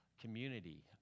community